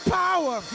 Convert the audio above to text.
power